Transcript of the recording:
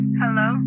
hello